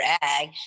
ag